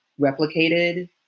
replicated